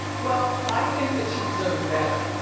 well, i think that she deserves better.